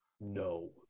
No